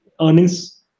earnings